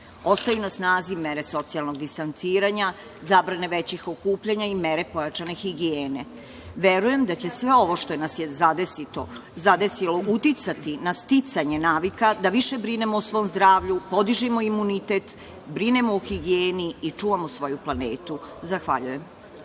ostaju na snazi mere socijalnog distanciranja, zbrana većih okupljanja i mere pojačane higijene. Verujem da će sve ovo što nas je zadesilo uticati na sticanje navika da više brinemo o svom zdravlju, podižemo imunitet, brinemo i higijeni i čuvamo svoju planetu. Zahvaljujem.